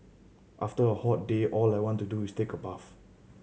after a hot day all I want to do is take a bath